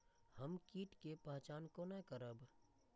हम कीट के पहचान कोना करब?